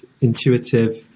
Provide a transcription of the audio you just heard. intuitive